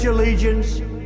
allegiance